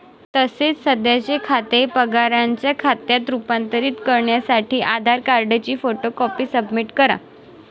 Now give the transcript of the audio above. तसेच सध्याचे खाते पगाराच्या खात्यात रूपांतरित करण्यासाठी आधार कार्डची फोटो कॉपी सबमिट करा